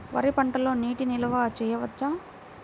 వరి పంటలో నీటి నిల్వ చేయవచ్చా?